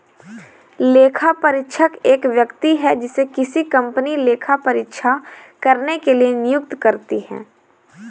लेखापरीक्षक एक व्यक्ति है जिसे किसी कंपनी लेखा परीक्षा करने के लिए नियुक्त करती है